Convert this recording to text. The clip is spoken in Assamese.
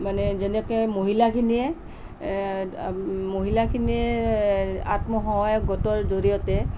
মানে যেনেকে মহিলাখিনিয়ে মহিলাখিনিয়ে আত্মসহায় গোটৰ জৰিয়তে